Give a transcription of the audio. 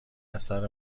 اثر